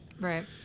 right